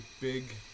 big